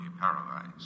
paralyzed